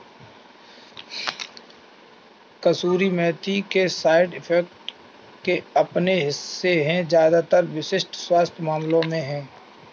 कसूरी मेथी के side effects के अपने हिस्से है ज्यादातर विशिष्ट स्वास्थ्य मामलों में है